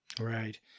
Right